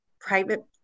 private